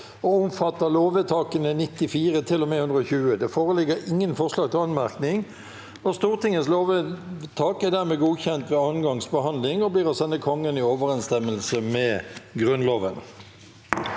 og omfatter lovvedtakene 94 til og med 120. Det foreligger ingen forslag til anmerkning. Stortingets lovvedtak er dermed godkjent ved andre gangs behandling og blir å sende Kongen i overensstemmelse med Grunnloven.